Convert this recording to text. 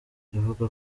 ivuga